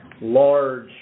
large